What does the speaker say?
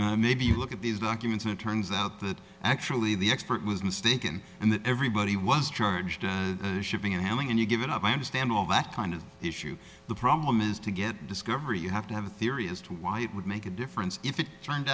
hoped maybe you look at these documents and it turns out that actually the expert was mistaken and that everybody was charged shipping and handling and you give it up i understand all that kind of issue the problem is to get discovery you have to have a theory as to why it would make a difference if it t